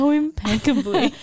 impeccably